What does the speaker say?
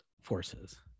forces